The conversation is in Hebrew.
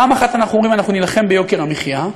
פעם אחת אנחנו אומרים: אנחנו נילחם ביוקר המחיה,